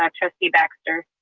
ah trustee baxter.